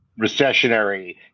recessionary